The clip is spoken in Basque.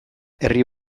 herri